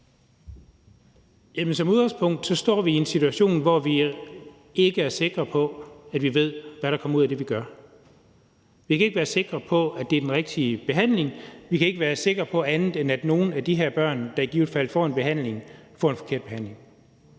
Som udgangspunkt står vi i en situation, hvor vi ikke er sikre på, at vi ved, hvad der kommer ud af det, vi gør. Vi kan ikke være sikre på, at det er den rigtige behandling; vi kan ikke være sikre på andet, end at nogle af de her børn, der i givet fald får en behandling, får en forkert behandling.